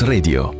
Radio